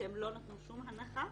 שלא נתנו שום הנחה,